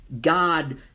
God